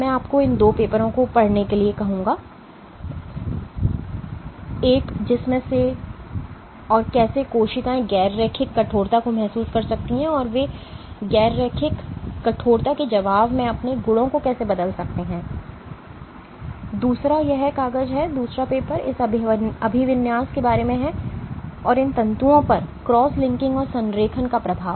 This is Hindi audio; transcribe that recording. मैं आपको इन दो पेपरों को पढ़ने के लिए कहूंगा एक जिसमें से और कैसे कोशिकाएं गैर रैखिक कठोरता को महसूस कर सकती हैं और वे गैर रैखिक कठोरता के जवाब में अपने गुणों को कैसे बदल सकते हैं और दूसरा यह कागज है दूसरा पेपर इस अभिविन्यास के बारे में है और इन तंतुओं पर क्रॉस लिंकिंग और संरेखण का प्रभाव